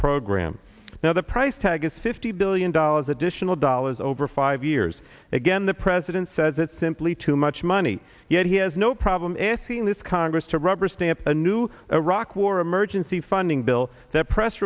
program now the price tag is fifty billion dollars additional dollars over five years again the president says it's simply too much money yet he has no problem asking this congress to rubber stamp a new iraq war emergency funding bill that press